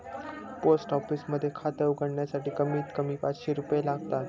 post office मध्ये खात उघडण्यासाठी कमीत कमी पाचशे रुपये लागतात